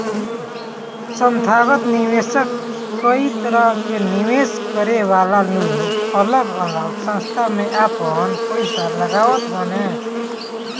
संथागत निवेशक कई तरह के निवेश करे वाला लोग अलग अलग संस्था में आपन पईसा लगावत बाने